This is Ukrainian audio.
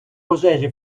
пожежі